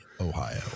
Ohio